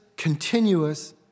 continuous